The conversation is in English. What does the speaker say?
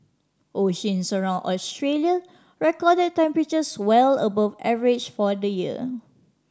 oceans around Australia recorded temperatures well above average for the year